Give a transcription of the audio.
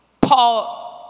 Paul